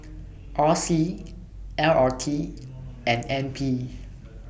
R C L R T and N P